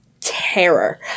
terror